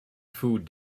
food